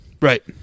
Right